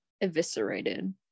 eviscerated